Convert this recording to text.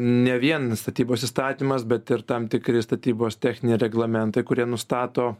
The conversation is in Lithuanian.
ne vien statybos įstatymas bet ir tam tikri statybos techniniai reglamentai kurie nustato